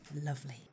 Lovely